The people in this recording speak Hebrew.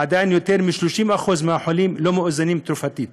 עדיין יותר מ-30% מהחולים לא מאוזנים תרופתית.